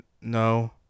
no